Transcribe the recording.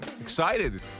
excited